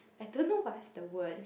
I don't know what's the word